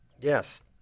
Yes